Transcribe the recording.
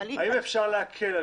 האם אפשר להקל עליהם?